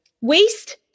waste